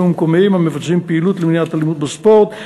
ומקומיים המבצעים פעילות למניעת אלימות בספורט,